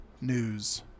news